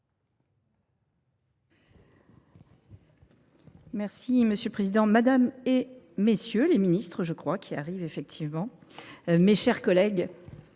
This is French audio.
Merci Monsieur le Président, Madame et Messieurs les Ministres je crois qui arrivent effectivement. Mes chers collègues,